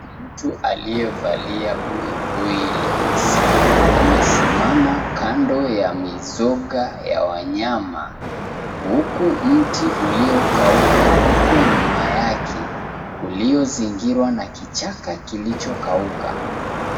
Mtu aliyevalia buibui leusi, amesimama kando ya mizoga ya wanyama, huku mti uliokauka uko nyuma yake, uliozingirwa na kichaka kilichokauka.